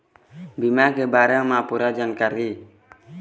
बीमा के बारे म पूरा जानकारी?